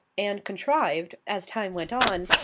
and contrived, as time went on,